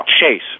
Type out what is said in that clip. Chase